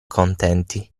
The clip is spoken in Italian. contenti